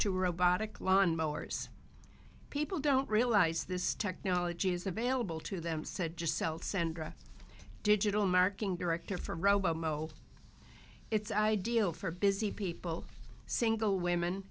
to robotic lawnmowers people don't realize this technology is available to them said just sell centra digital marketing director for robot mo it's ideal for busy people single women